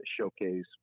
showcase